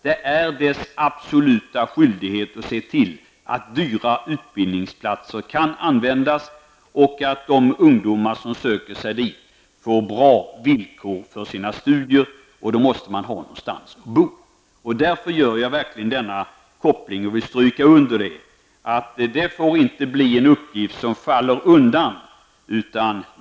Det är dess absoluta skyldighet att se till att dyra utbildningsplatser kan användas och att de ungdomar som söker sig dit får bra villkor för sina studier. Då måste ungdomarna ha någonstans att bo. Därför gör jag denna koppling och vill stryka under att det inte får bli en uppgift som faller undan.